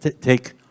Take